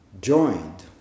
joined